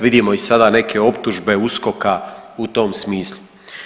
Vidimo i sada neke optužbe USKOK-a u tom smislu.